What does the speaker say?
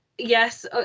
yes